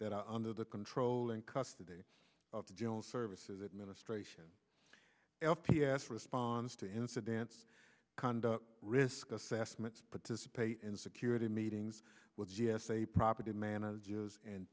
that are under the control and custody of the general services administration f t s responds to incidents conduct risk assessments participate in security meetings with g s a property managers and